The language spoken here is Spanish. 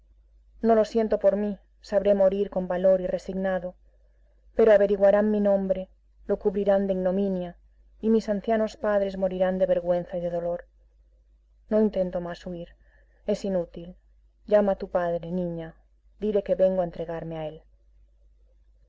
no lo siento por mí sabré morir con valor y resignado pero averiguarán mi nombre lo cubrirán de ignominia y mis ancianos padres morirán de vergüenza y de dolor no intento más huir es inútil llama a tu padre niña dile que vengo a entregar me a él